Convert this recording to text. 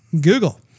Google